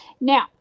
Now